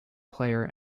player